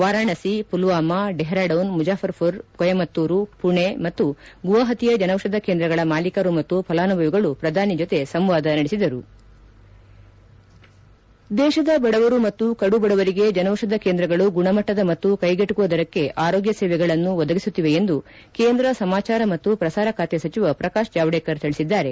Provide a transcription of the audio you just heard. ವಾರಣಾಸಿ ಪುಲ್ವಾಮಾ ಡೆಹ್ರಾಡೂನ್ ಮುಜಾಫರ್ಪುರ್ ಕೊಯಮತ್ತೂರು ಪುಣೆ ಮತ್ತು ಗುವಾಪತಿಯ ಜನೌಷಧ ಕೇಂದ್ರಗಳ ಮಾಲೀಕರು ಮತ್ತು ಫಲಾನುಭವಿಗಳು ಪ್ರಧಾನಿ ಜೊತೆ ಸಂವಾದ ನಡೆಸಿದರು ದೇಶದ ಬಡವರು ಮತ್ತು ಕಡುಬಡವರಿಗೆ ಜನೌಷಧ ಕೇಂದ್ರಗಳು ಗುಣಮಟ್ಟದ ಮತ್ತು ಕೈಗೆಟುಕುವ ದರಕ್ಕೆ ಆರೋಗ್ಯ ಸೇವೆಗಳನ್ನು ಒದಗಿಸುತ್ತಿವೆ ಎಂದು ಕೇಂದ್ರ ಸಮಾಚಾರ ಮತ್ತು ಪ್ರಸಾರ ಖಾತೆ ಸಚಿವ ಪ್ರಕಾಶ್ ಜಾವಡೇಕರ್ ತಿಳಿಸಿದ್ದಾರೆ